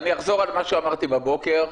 אני אחזור על מה שאמרתי בבוקר.